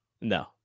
No